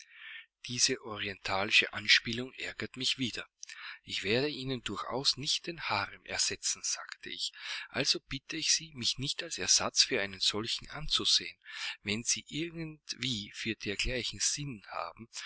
diese orientalische anspielung ärgerte mich wieder ich werde ihnen durchaus nicht den harem ersetzen sagte ich also bitte ich sie mich nicht als ersatz für einen solchen anzusehen wenn sie irgendwie für dergleichen sinn haben